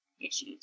issues